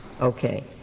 Okay